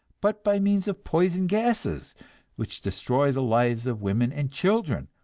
but by means of poison gases which destroy the lives of women and children,